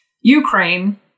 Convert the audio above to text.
Ukraine